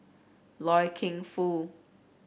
Loy Keng Foo